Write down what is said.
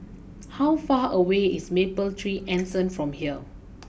how far away is Mapletree Anson from here